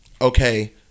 okay